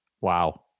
Wow